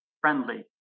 friendly